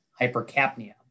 hypercapnia